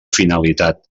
finalitat